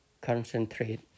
concentrate